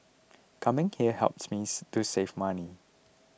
coming here helps me to save money